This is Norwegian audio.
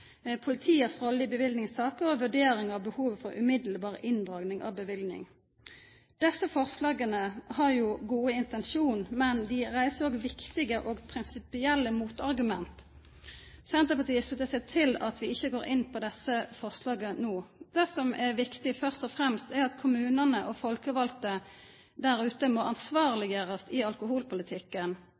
politiets rolle i bevillingssaker og ei vurdering av behovet for umiddelbar inndraging av bevilling. Desse forslaga har jo gode intensjonar, men dei reiser òg viktige og prinsipielle motargument. Senterpartiet sluttar seg til at vi ikkje går inn på desse forslaga no. Det som først og fremst er viktig, er at kommunane og dei folkevalde der ute må ansvarleggjerast i alkoholpolitikken.